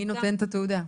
מי נותן את התעודה?